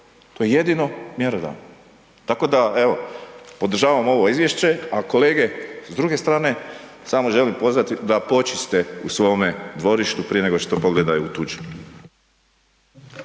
To je jedino mjerodavno. Tako da evo, podržavam ovo izvješće a kolege s druge strane, samo želim pozvati da počiste u svome dvorištu prije nego što pogledaju u tuđe.